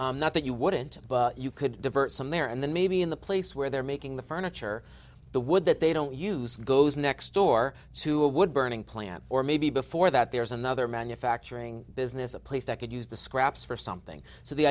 that you wouldn't you could divert some there and then maybe in the place where they're making the furniture the wood that they don't use goes next door to a wood burning plant or maybe before that there's another manufacturing business a place that could use the scraps for something so the